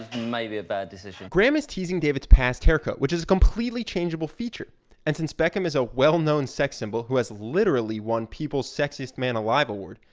maybe a bad decision. graham is teasing david's past haircut which is a completely changeable feature and since beckham is a well-known sex symbol who has literally won people's sexiest man alive award,